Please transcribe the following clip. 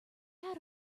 had